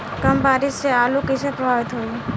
कम बारिस से आलू कइसे प्रभावित होयी?